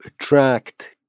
attract